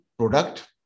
Product